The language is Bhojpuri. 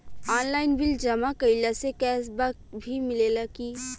आनलाइन बिल जमा कईला से कैश बक भी मिलेला की?